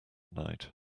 night